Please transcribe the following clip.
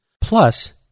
plus